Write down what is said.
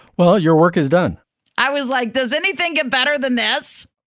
well, your work is done i was like, does anything get better than this?